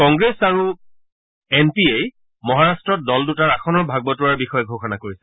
কংগ্ৰেছ আৰু N C P এয়ে মহাৰাট্টত দল দুটাৰ আসনৰ ভাগ বটোৱাৰাৰ বিষয়ে ঘোষণা কৰিছে